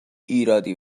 ایرادی